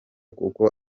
kuko